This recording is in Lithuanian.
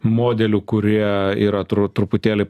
modelių kurie ir atro truputėlį